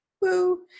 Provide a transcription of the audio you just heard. woo